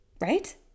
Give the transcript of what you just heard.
Right